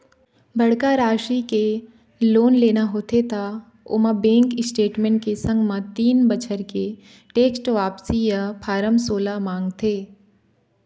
बड़का राशि के लोन लेना होथे त ओमा बेंक स्टेटमेंट के संग म तीन बछर के टेक्स वापसी या फारम सोला मांगथे